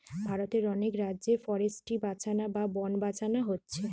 ভারতের অনেক রাজ্যে ফরেস্ট্রি বাঁচানা বা বন বাঁচানা হচ্ছে